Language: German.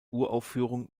uraufführung